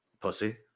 Pussy